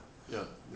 ya